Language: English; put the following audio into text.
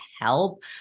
help